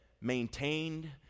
maintained